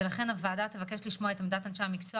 לכן הוועדה תבקש לשמוע את עמדת אנשי המקצוע